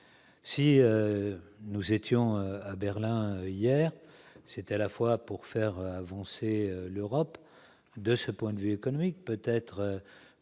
Si nous étions à Berlin hier, c'était à la fois pour faire avancer l'Europe du point de vue économique, puisque